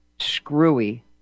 screwy